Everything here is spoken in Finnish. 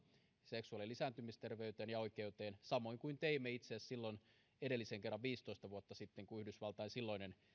seksuaali ja lisääntymisterveyteen ja oikeuteen samoin kuin teimme itse asiassa edellisen kerran viisitoista vuotta sitten kun yhdysvaltain silloisen